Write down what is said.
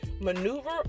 maneuver